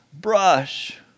brush